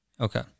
Okay